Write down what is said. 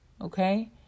okay